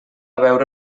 veure